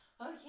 Okay